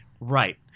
Right